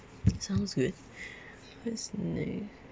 sounds good let's move